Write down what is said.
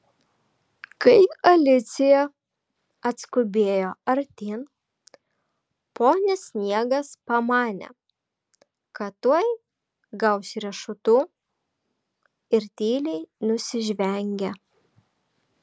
kai alicija atskubėjo artyn ponis sniegas pamanė kad tuoj gaus riešutų ir tyliai nusižvengė